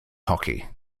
hockey